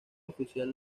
oficial